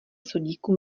sodíku